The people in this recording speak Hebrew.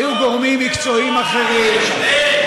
והיו גורמים מקצועיים אחרים, לא,